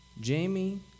Jamie